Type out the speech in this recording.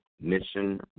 Mission